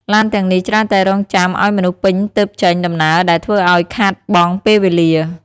ឡានទាំងនេះច្រើនតែរង់ចាំឱ្យមនុស្សពេញទើបចេញដំណើរដែលធ្វើឱ្យខាតបង់ពេលវេលា។